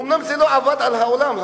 אומנם זה לא עבד על העולם,